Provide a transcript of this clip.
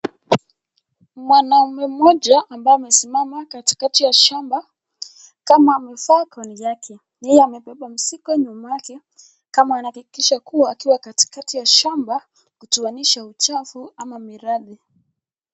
Mwanaume mmoja ambaye amesimama katikati ya shamba, kama amevaa koti yake. Yeye amebeba mzigo nyuma yake kama anavyo hakikisha kuwa akiwa katikati ya shamba kutoanisha uchafu ama miradhi.